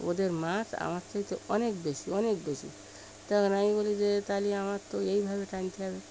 ওদের মাছ আমার থেকে অনেক বেশি অনেক বেশি তখন আমি বলি যে তা হলে আমার তো এই ভাবে টানতে হবে